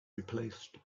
replaced